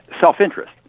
self-interest